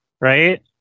right